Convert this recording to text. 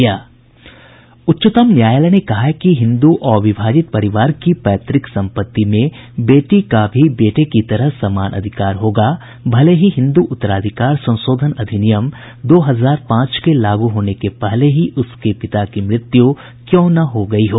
उच्चतम न्यायालय ने कहा है कि हिन्दू अविभाजित परिवार की पैतृक सम्पत्ति में बेटी का भी बेटे की तरह समान अधिकार होगा भले ही हिंदू उत्तराधिकार संशोधन अधिनियम दो हजार पांच के लागू होने के पहले ही उसके पिता की मृत्यु क्यों न हो गयी हो